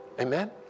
Amen